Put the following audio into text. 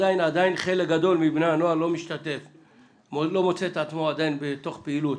חלק גדול מבני הנוער לא מוצא את עצמו עדיין בתוך פעילות.